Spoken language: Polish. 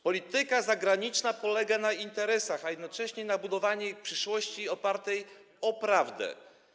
Polityka zagraniczna polega na interesach, a jednocześnie na budowaniu przyszłości opartej na prawdzie.